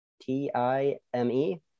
T-I-M-E